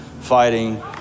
fighting